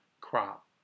crop